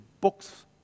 books